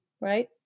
right